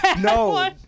no